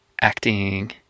acting